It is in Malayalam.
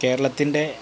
കേരളത്തിൻ്റെ